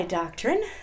doctrine